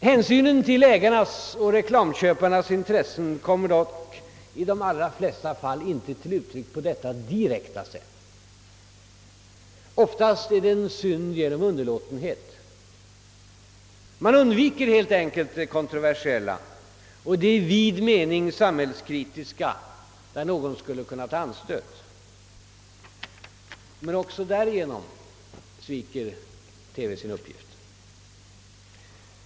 Hänsynen till ägarnas och reklamköparnas intressen kommer dock i de flesta fall icke till uttryck på detta direkta sätt. Oftast blir det fråga om en synd genom underlåtenhet. Man undviker helt enkelt det kontroversiella och det i vid mening samhällskritiska när någon skulle kunna ta anstöt. Men också därigenom sviker TV sin uppgift.